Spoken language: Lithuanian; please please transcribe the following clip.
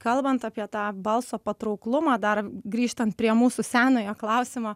kalbant apie tą balso patrauklumą dar grįžtant prie mūsų senojo klausimo